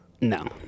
no